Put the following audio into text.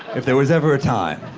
if there was ever a time.